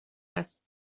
است